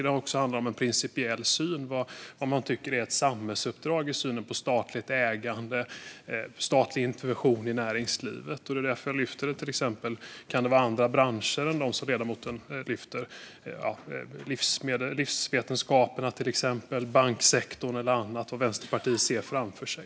Det handlar om en principiell syn på vad man tycker är ett samhällsuppdrag och på statligt ägande och statlig intervention i näringslivet. Kan det till exempel vara andra branscher än dem som ledamoten lyfter fram? Det gäller till exempel livsvetenskaperna, banksektorn eller annat som Vänsterpartiet ser framför sig.